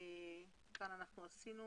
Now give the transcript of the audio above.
כאן חידדנו